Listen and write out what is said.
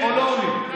ועולים יסתדרו לבד.